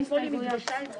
שהם שלושה במספר, הצביעו בעד.